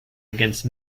against